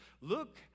Look